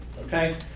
Okay